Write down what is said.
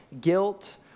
guilt